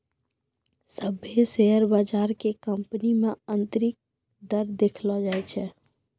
सभ्भे शेयर बजार के कंपनी मे आन्तरिक दर देखैलो जाय छै